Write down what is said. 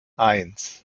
eins